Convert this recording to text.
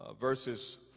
verses